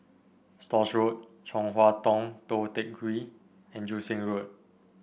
Stores Road Chong Hua Tong Tou Teck Hwee and Joo Seng Road